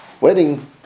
wedding